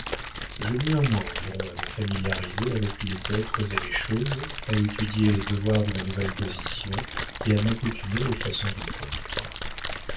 je mis un mois environ à me familiariser avec les êtres et les choses à étudier les devoirs de ma nouvelle position et à m'accoutumer aux façons du comte